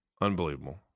Unbelievable